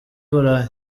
burayi